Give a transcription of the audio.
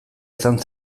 izan